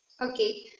Okay